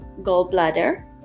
gallbladder